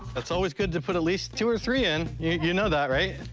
it's always good to put at least two or three in. yeah you know that, right?